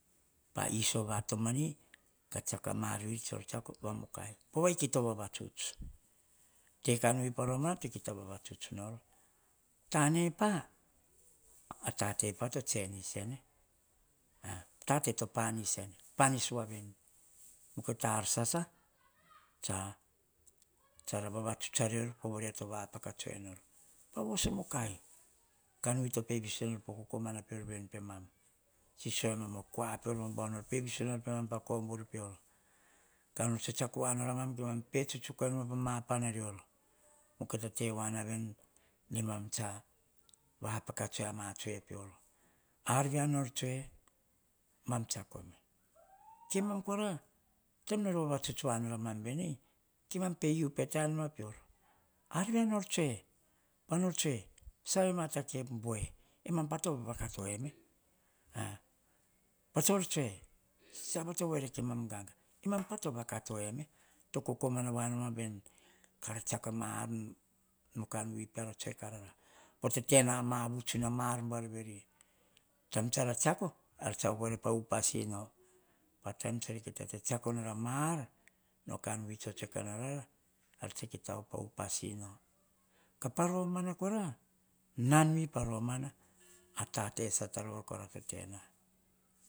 Pa iso vatomani ka tsiako maar buar veri tsor tsiako amukai pavo mukai to vavatsuts. Ko kan wi paroman kia to tavara tsuts ror tane pa, tate pa no senis ene ah tate pa to panis ene, panis waveni mukai ta arsasa tsa. Tsara vavatsuts arior povoria to vapaka tsue nor. Pavoso mukai kanwi to pe viso enor po kokomana pior veni pemam sisionor okua pior baubau nor ppeviso nor pemam pa komburu pior kanor tsitsiako wanor amam kemam pe tsuktsuk enoma pa ma panarior mukai ta tewano ma veni nemam tsa vapa ka tsue oh tsue pior. Ar via nor tsue mam tsiako eme kemam kora taim nor vavatsuts wa nor a mam veni kema peyu peta menoma pior arvia nor tsue. Panor tsue savema ta kep bue amampa ta vaka to eme a pastor tsue siava ma to kokomana wa noma veni kara tsiako maar no kanwi peara tsue karara pior to tena mavutsuna ar buana vi. Taim nara kita tsitsiako nora maar no kanwi totsue kanor arara viara tsa kita op a upas ino, kapa romana kora nan wi pa romana a tate sata rovakora to tena.